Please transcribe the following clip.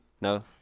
No